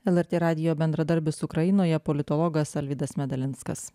lrt radijo bendradarbis ukrainoje politologas alvydas medalinskas